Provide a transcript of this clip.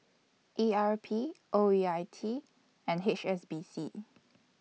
E R P O E I T and H S B C